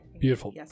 Beautiful